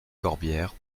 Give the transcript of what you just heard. corbière